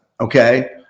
Okay